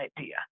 idea